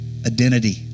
Identity